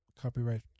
Copyright